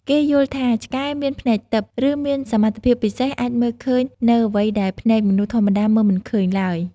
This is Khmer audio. គេយល់ថាឆ្កែមានភ្នែកទិព្វ ឬមានសមត្ថភាពពិសេសអាចមើលឃើញនូវអ្វីដែលភ្នែកមនុស្សធម្មតាមើលមិនឃើញឡើយ។